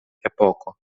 epoko